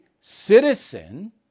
citizen